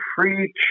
free